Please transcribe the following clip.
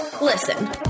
Listen